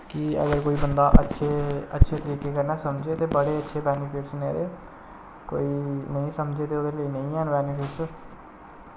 कि अगर कोई बंदा अच्छे अच्छे तरीके कन्नै समझै ते बड़े अच्छे बैनिफिटस न एह्दे कोई नेईं समझे ते ओह्दे लेई नेईं हैन बैनिफिटस